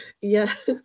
Yes